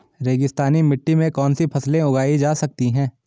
रेगिस्तानी मिट्टी में कौनसी फसलें उगाई जा सकती हैं?